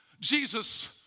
Jesus